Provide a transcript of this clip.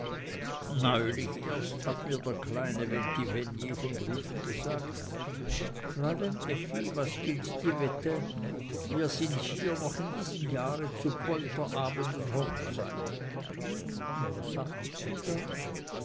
neulich erst hat mir der kleine ventivegni von drüben gesagt fräulein effi was gilt die wette wir sind hier noch in diesem jahre zu polterabend und hochzeit und was sagtest du da